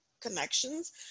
connections